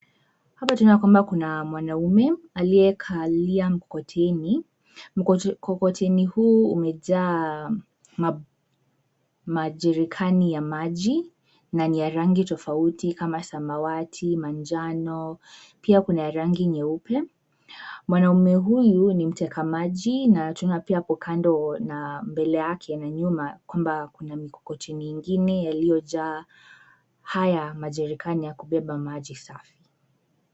Hapa tunaona kwamba kuna mwanaume aliyekalia mkokoteni. Mkokoteni huu umejaa majericani ya maji na ni ya rangi tofauti kama samawati, manjano pia kuna ya rangi nyeupe. Mwanaume huyu ni mtekamaji na tunaona pia hapo kando na mbele yake na nyuma kwamba kuna mikokoteni ingine yaliyojaa haya majericani yakubeba maji safi.